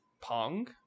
Pong